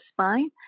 spine